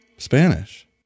Spanish